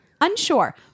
unsure